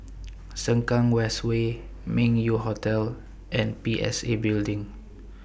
Sengkang West Way Meng Yew Hotel and P S A Building